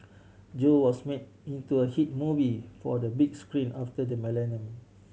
Joe was made into a hit movie for the big screen after the millennium